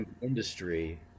industry